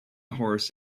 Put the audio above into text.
horse